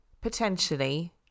potentially